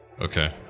Okay